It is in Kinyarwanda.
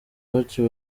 batyo